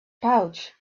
pouch